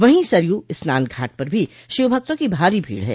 वही सरयू स्नान घाट पर भी शिव भक्तों की भारी भीड़ है